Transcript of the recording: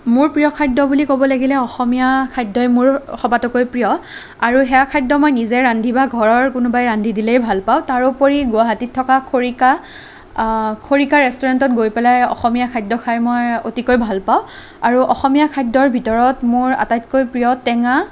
মোৰ প্ৰিয় খাদ্য বুলি ক'ব লাগিলে অসমীয়া খাদ্যই মোৰ সবাতোকৈ প্ৰিয় আৰু সেয়া খাদ্য মই নিজে ৰান্ধি বা ঘৰৰ কোনোবাই ৰান্ধি দিলেই ভাল পাওঁ তাৰোপৰি গুৱাহাটীত থকা খৰিকা খৰিকা ৰেষ্টুৰেণ্টত গৈ পেলাই অসমীয়া খাদ্য খাই মই অতিকৈ ভাল পাওঁ আৰু অসমীয়া খাদ্যৰ ভিতৰত মোৰ আটাইতকৈ প্ৰিয় টেঙা